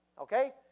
Okay